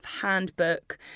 handbook